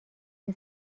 مگه